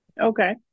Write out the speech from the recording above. okay